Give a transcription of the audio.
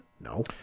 No